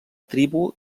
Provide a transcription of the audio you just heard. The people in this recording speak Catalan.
tribu